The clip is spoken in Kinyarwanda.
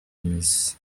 imizi